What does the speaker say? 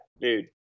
dude